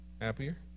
Happier